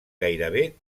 gairebé